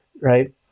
Right